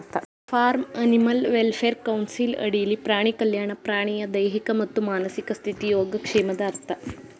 form animal welfare council ಅಡಿಲಿ ಪ್ರಾಣಿ ಕಲ್ಯಾಣ ಪ್ರಾಣಿಯ ದೈಹಿಕ ಮತ್ತು ಮಾನಸಿಕ ಸ್ಥಿತಿ ಯೋಗಕ್ಷೇಮದ ಅರ್ಥ